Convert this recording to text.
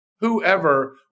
whoever